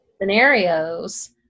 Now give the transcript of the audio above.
Scenarios